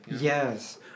Yes